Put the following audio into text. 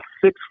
six